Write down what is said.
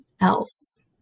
else